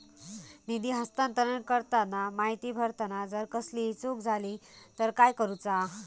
निधी हस्तांतरण करताना माहिती भरताना जर कसलीय चूक जाली तर काय करूचा?